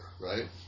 right